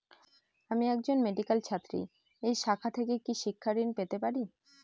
আমি একজন মেডিক্যাল ছাত্রী এই শাখা থেকে কি শিক্ষাঋণ পেতে পারি?